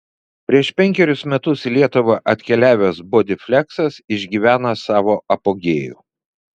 prieš penkerius metus į lietuvą atkeliavęs bodyfleksas išgyvena savo apogėjų